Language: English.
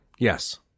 Yes